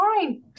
fine